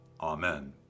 Amen